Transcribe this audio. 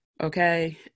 okay